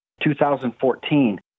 2014